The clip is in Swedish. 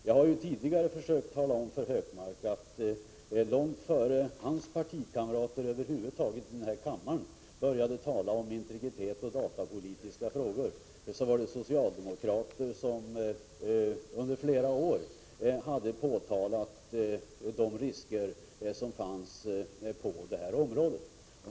Jag har tidigare försökt tala om för Hökmark att socialdemokrater påtalade de risker som fanns på det här området under flera år, innan hans partikamrater här i kammaren började tala om integritet och datapolitiska frågor.